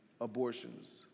abortions